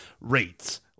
rates